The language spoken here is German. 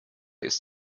ist